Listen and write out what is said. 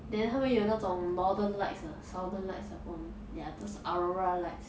then 他会有那种 northern lights 的 southern lights ah 不懂 ya 就是 aurora lights